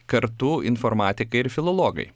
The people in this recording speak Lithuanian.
kartu informatikai ir filologai